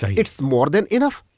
ah it's more than enough.